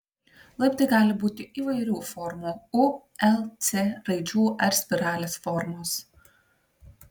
laiptai gali būti įvairių formų u l c raidžių ar spiralės formos